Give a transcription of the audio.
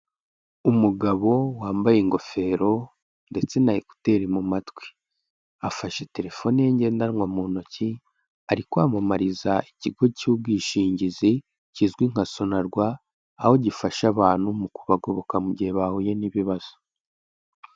Umugabo wambaye ingofero ndetse na ekuteri mu matwi, afashe telefone ye ngendanwa mu ntoki, ari kwamamariza ikigo cy'ubwishingizi kizwi nka Sonarwa, aho gifasha abantu mu kubagoboka mu gihe bahuye n'ibibazo.